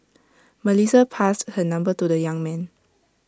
Melissa passed her number to the young man